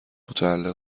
متعلق